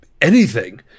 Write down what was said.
Anything